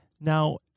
Now